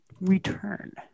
return